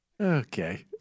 Okay